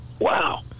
wow